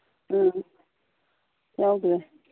ꯑꯪ ꯌꯥꯎꯗ꯭ꯔꯦ